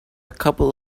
couple